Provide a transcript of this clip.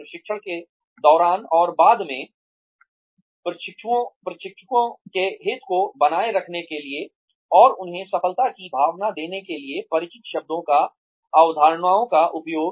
प्रशिक्षण के दौरान और बाद में प्रशिक्षुओं के हित को बनाए रखने के लिए और उन्हें सफलता की भावना देने के लिए परिचित शब्दों और अवधारणाओं का उपयोग